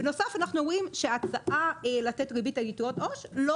בנוסף אנחנו אומרים שהצעה לתת ריבית על יתרות עו"ש לא